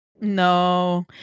No